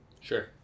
Sure